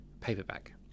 paperback